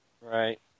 Right